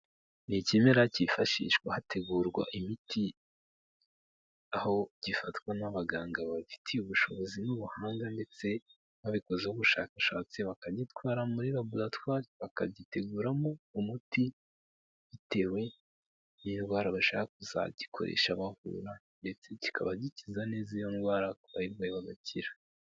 Ni ikimera cyifashishwa hategurwa imiti, aho gifatwa n'abaganga babifitiye ubushobozi n'ubuhanga ndetse babikozeho ubushakashatsi bakagitwara muri laboratwari bakagiteguramo umuti bitewe n'indwara bashaka kuzagikoresha bavura, ndetse kikaba gikiza neza iyo ndwara ku bayirwaye bagakira.